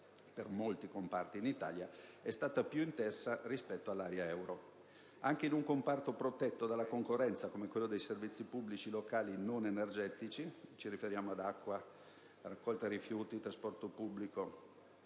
per molti comparti, in Italia è stata più intensa rispetto all'area euro. Anche in un comparto protetto dalla concorrenza come quello dei servizi pubblici locali non energetici (acqua, raccolta rifiuti, trasporto pubblico